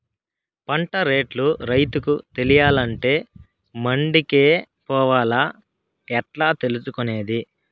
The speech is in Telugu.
పంట రేట్లు రైతుకు తెలియాలంటే మండి కే పోవాలా? ఎట్లా తెలుసుకొనేది?